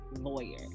lawyer